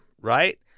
right